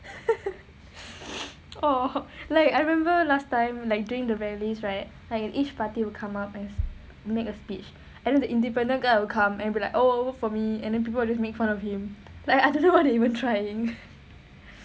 oh like I remember last time like during the rallying days right like each party will come out and make a speech and then the independent guy will come and be like oh vote for me and people will just make fun of him like I don't know why they even try